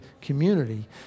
community